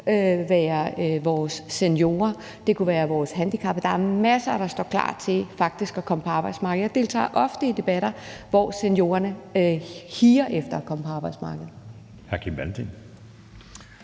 på, vores seniorer; det kunne være vores handicappede. Der er masser, der står klar til faktisk at komme på arbejdsmarkedet. Jeg deltager ofte i debatter, hvor seniorerne higer efter at komme ud på arbejdsmarkedet.